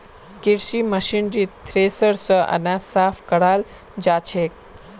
कृषि मशीनरीत थ्रेसर स अनाज साफ कराल जाछेक